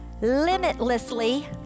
limitlessly